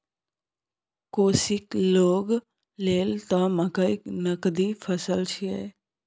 कोशीक लोग लेल त मकई नगदी फसल छियै